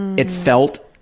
it felt,